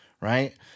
Right